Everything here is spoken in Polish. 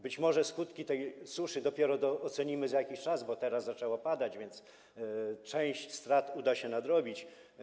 Być może skutki tej suszy ocenimy dopiero za jakiś czas, bo teraz zaczęło padać, więc część strat uda się nadrobić.